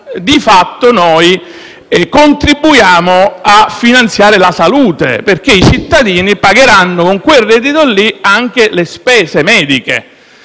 di fatto, noi contribuiamo a finanziare la salute, perché i cittadini pagheranno con quel reddito anche le spese mediche.